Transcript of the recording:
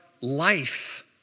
life